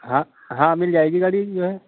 हाँ हाँ मिल जाएगी गाड़ी जो है